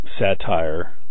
satire